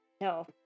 No